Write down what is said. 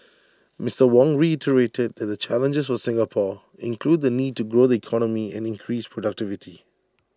Mister Wong reiterated that the challenges for Singapore include the need to grow the economy and increase productivity